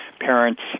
Parents